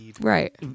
Right